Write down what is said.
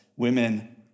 Women